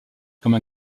comme